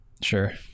Sure